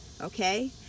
Okay